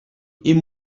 این